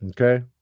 Okay